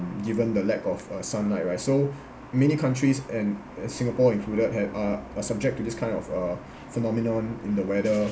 given the lack of uh sunlight right so many countries and uh singapore included had uh are subject to this kind of uh phenomenon in the weather